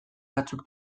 batzuk